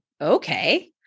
okay